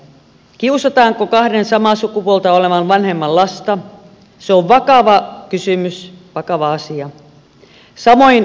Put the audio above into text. kiusataanko kahden samaa sukupuolta olevan vanhemman lasta se on vakava kysymys vakava asia samoin avioliitto instituutiona